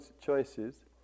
choices